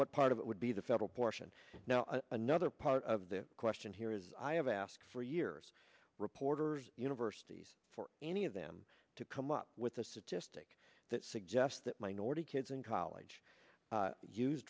what part of it would be the federal portion now another part of the question here is i have asked for years reporters universities for any of them to come up with a statistic that suggests that minority kids in college u